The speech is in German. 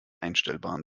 einstellbaren